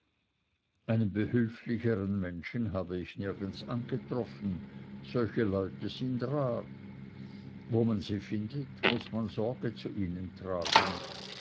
einen behülflicheren mann habe ich nirgends angetroffen solche leute sind rar wo man sie findet muß man sorge zu ihnen tragen